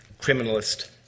criminalist